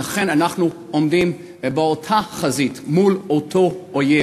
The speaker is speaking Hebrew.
ואכן, אנחנו עומדים באותה חזית, מול אותו אויב.